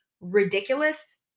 ridiculous